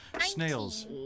snails